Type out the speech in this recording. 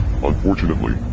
Unfortunately